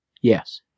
Yes